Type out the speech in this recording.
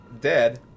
dead